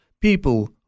people